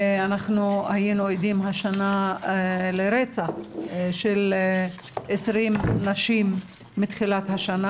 היינו עדים השנה לרצח של עשרים נשים מתחילת השנה.